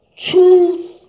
truth